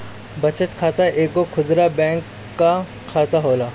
बचत खाता एगो खुदरा बैंक कअ खाता होला